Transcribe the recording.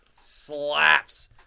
slaps